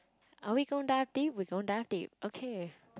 are we gonna dive deep we gonna dive deep okay